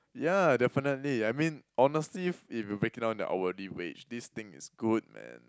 yeah definitely I mean honestly if if you break it down to hourly wage this thing is good man